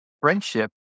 friendship